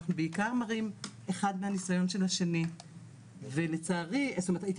אנחנו בעיקר מראים אחד מהניסיון של השני ולצערי זאת אומרת הייתי